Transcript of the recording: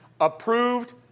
approved